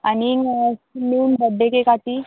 आनीक ती मेन बड्डे केक हा ती